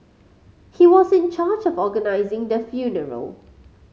he was in charge of organising the funeral